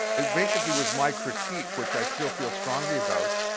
it basically was my critique, which i still feel strongly about,